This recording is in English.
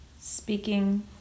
speaking